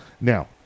Now